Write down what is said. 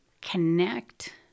connect